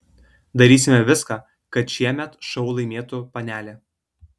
darysime viską kad šiemet šou laimėtų panelė